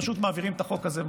פשוט מעבירים את החוק הזה,